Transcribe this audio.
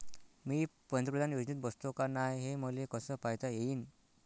मी पंतप्रधान योजनेत बसतो का नाय, हे मले कस पायता येईन?